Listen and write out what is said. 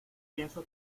pienso